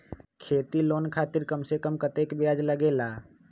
खेती लोन खातीर कम से कम कतेक ब्याज लगेला?